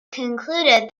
concluded